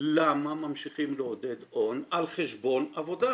למה ממשיכים לעודד הון על חשבון עבודה?